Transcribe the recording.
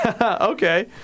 Okay